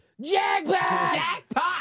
Jackpot